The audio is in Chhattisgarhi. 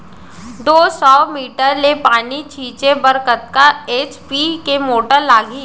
दो सौ मीटर ले पानी छिंचे बर कतका एच.पी के मोटर लागही?